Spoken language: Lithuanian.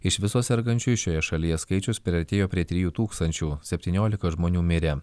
iš viso sergančiųjų šioje šalyje skaičius priartėjo prie trijų tūkstančių septyniolika žmonių mirė